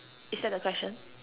is that the question